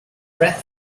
wreath